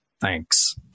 thanks